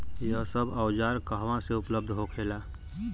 यह सब औजार कहवा से उपलब्ध होखेला?